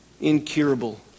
incurable